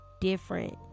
different